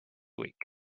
week